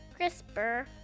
CRISPR